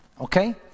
Okay